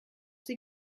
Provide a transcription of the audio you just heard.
sie